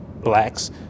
Blacks